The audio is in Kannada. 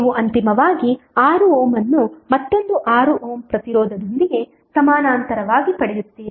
ನೀವು ಅಂತಿಮವಾಗಿ 6 ಓಮ್ ಅನ್ನು ಮತ್ತೊಂದು 6 ಓಮ್ ಪ್ರತಿರೋಧದೊಂದಿಗೆ ಸಮಾನಾಂತರವಾಗಿ ಪಡೆಯುತ್ತೀರಿ